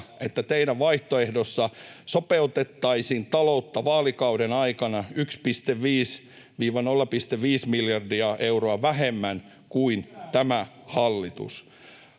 että teidän vaihtoehdossanne sopeutettaisiin taloutta vaalikauden aikana 1,5—0,5 miljardia euroa vähemmän kuin tämä hallitus